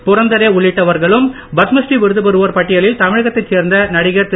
புரந்தரே உள்ளிட்டவர்களும் பத்மஸ்ரீ விருது பெறுவோர் பட்டியலில் தமிழகத்தைச் சேர்ந்த திரு